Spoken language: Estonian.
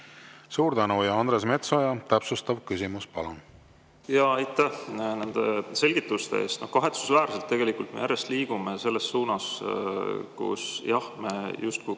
Suur tänu! Andres Metsoja, täpsustav küsimus, palun! Aitäh nende selgituste eest! Kahetsusväärselt me tegelikult järjest liigume selles suunas, kus me tõesti